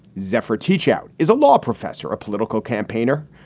zephyr teachout is a law professor, a political campaigner,